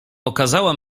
pokazała